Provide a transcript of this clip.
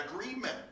agreement